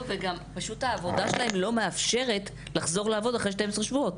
וגם העבודה שלהן לא מאפשרת לחזור לעבוד אחרי 12 שבועות.